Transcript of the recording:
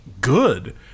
good